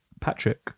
Patrick